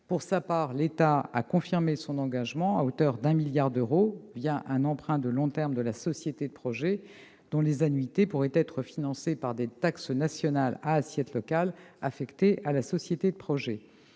Pour sa part, l'État a confirmé son engagement à hauteur de 1 milliard d'euros, un emprunt de long terme de la société de projet, dont les annuités pourraient être financées par des taxes nationales à assiette locale affectées à la société de projet.